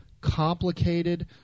complicated